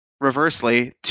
reversely